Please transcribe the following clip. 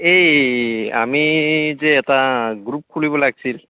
এই আমি যে এটা গ্ৰুপ খুলিব লাগছিল